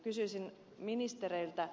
kysyisin ministereiltä